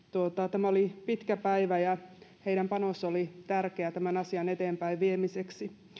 tämä oli pitkä päivä ja heidän panos oli tärkeä tämän asian eteenpäin viemiseksi